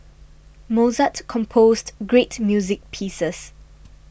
Mozart composed great music pieces